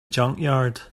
junkyard